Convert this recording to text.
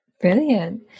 Brilliant